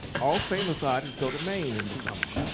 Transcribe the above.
all famous artists go to maine in the summer.